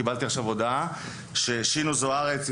קיבלתי עכשיו הודעה ששינו זוארץ,